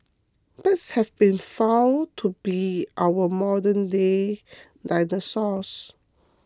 birds have been found to be our modernday dinosaurs